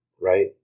right